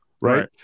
Right